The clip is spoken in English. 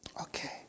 Okay